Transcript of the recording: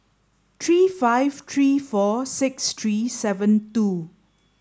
three five three four six three seven two